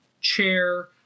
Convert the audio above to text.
chair